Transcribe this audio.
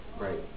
Right